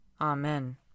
Amen